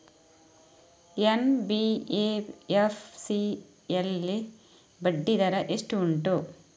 NBFC ಯಲ್ಲಿ ಬಡ್ಡಿ ದರ ಎಷ್ಟು ಉಂಟು?